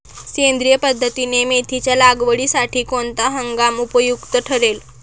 सेंद्रिय पद्धतीने मेथीच्या लागवडीसाठी कोणता हंगाम उपयुक्त ठरेल?